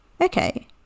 Okay